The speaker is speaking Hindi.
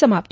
समाप्त